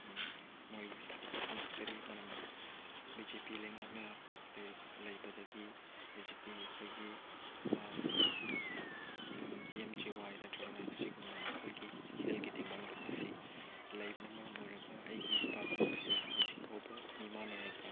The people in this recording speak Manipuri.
ꯃꯣꯏꯕꯨ ꯊꯥꯒꯠꯄ ꯐꯣꯡꯗꯣꯛꯆꯔꯤ ꯃꯔꯝꯗꯤ ꯕꯤ ꯖꯦ ꯄꯤ ꯂꯩꯉꯥꯛꯅ ꯂꯩꯕꯗꯒꯤ ꯍꯧꯖꯤꯛꯀꯤ ꯑꯩꯈꯣꯏꯒꯤ ꯄꯤ ꯑꯦꯝ ꯖꯤ ꯋꯥꯏ ꯅꯠꯇ꯭ꯔꯒꯅ ꯑꯁꯤꯒꯨꯝꯕ ꯃꯈꯜꯒꯤ ꯍꯦꯜꯠꯀꯤ ꯇꯦꯡꯕꯥꯡ ꯂꯨꯞ ꯑꯁꯤ ꯂꯩꯕꯅ ꯃꯔꯝ ꯑꯣꯏꯔꯒ ꯑꯩꯒꯤ ꯄꯥꯕꯨꯡ ꯑꯁꯤ ꯍꯧꯖꯤꯛ ꯐꯥꯎꯕ ꯃꯤꯃꯥꯟꯅꯔꯒ